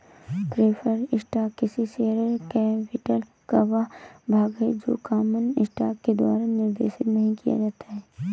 preferred stock किसी share capital का वह भाग है जो कॉमन स्टॉक के द्वारा निर्देशित नहीं किया जाता है